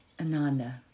Ananda